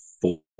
four